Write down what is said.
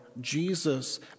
Jesus